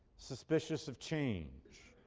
suspicious of change,